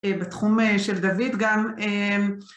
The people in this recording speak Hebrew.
בתחום של דוד גם.